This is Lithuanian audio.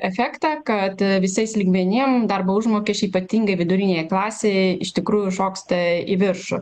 efektą kad visais lygmenim darbo užmokesčiai ypatingai vidurinei klasei iš tikrųjų šoksta į viršų